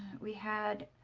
we had